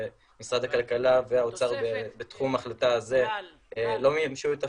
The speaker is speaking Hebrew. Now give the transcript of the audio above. שמשרד הכלכלה והאוצר בתחום ההחלטה הזה לא מימשו את תפקידם.